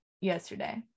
yesterday